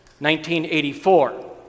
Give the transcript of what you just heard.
1984